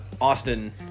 Austin